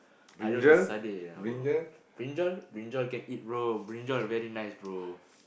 I don't eat sardine bro brinjal brinjal can eat raw brinjal very nice bro